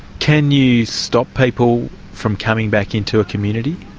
can you stop people from coming back into a community?